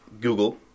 Google